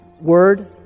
word